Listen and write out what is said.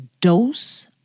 Dose